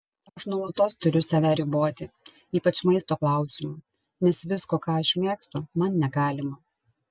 aš nuolatos turiu save riboti ypač maisto klausimu nes visko ką aš mėgstu man negalima